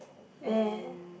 then